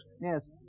Yes